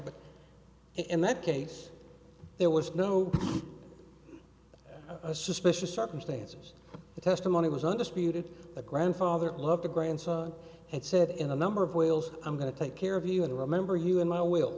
but in that case there was no a suspicious circumstances the testimony was undisputed the grandfather loved the grandson and said in a number of whales i'm going to take care of you and remember you and i will